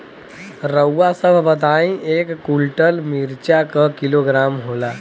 रउआ सभ बताई एक कुन्टल मिर्चा क किलोग्राम होला?